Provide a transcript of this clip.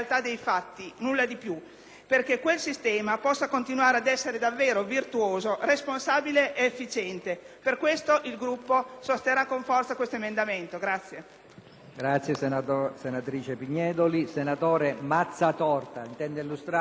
perché quel sistema possa continuare ad essere davvero virtuoso, responsabile ed efficiente. Per questi motivi, il Gruppo sosterrà con forza l'emendamento 8.5.